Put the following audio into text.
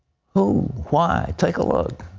who? why? take a look.